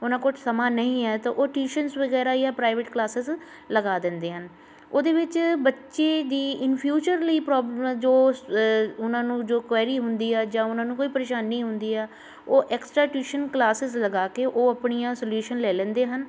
ਉਹਨਾਂ ਕੋਲ ਸਮਾਂ ਨਹੀਂ ਹੈ ਤਾਂ ਉਹ ਟੀਸ਼ਨਸ ਵਗੈਰਾ ਜਾਂ ਪ੍ਰਾਈਵੇਟ ਕਲਾਸਿਸ ਲਗਾ ਦਿੰਦੇ ਹਨ ਉਹਦੇ ਵਿੱਚ ਬੱਚੇ ਦੀ ਇਨ ਫਿਊਚਰ ਲਈ ਪ੍ਰੋਬਲਮ ਜੋ ਉਹਨਾਂ ਨੂੰ ਜੋ ਕੁਐਰੀ ਹੁੰਦੀ ਆ ਜਾਂ ਉਹਨਾਂ ਨੂੰ ਕੋਈ ਪਰੇਸ਼ਾਨੀ ਹੁੰਦੀ ਆ ਉਹ ਐਕਸਟਰਾ ਟਿਊਸ਼ਨ ਕਲਾਸਿਸ ਲਗਾ ਕੇ ਉਹ ਆਪਣੀਆਂ ਸਲਿਊਸ਼ਨ ਲੈ ਲੈਂਦੇ ਹਨ